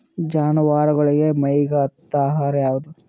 ಜಾನವಾರಗೊಳಿಗಿ ಮೈಗ್ ಹತ್ತ ಆಹಾರ ಯಾವುದು?